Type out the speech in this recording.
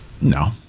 no